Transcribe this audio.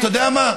אתה יודע מה,